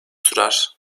sürer